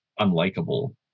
unlikable